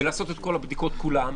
ולעשות את כל הבדיקות כולן,